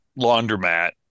laundromat